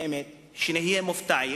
באמת, שנהיה מופתעים,